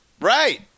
Right